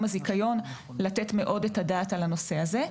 הזיכיון לתת מאוד את הדעת על הנושא הזה.